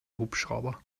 hubschrauber